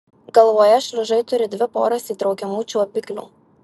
galvoje šliužai turi dvi poras įtraukiamų čiuopiklių